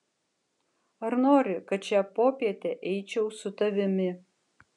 ar nori kad šią popietę eičiau su tavimi